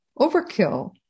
overkill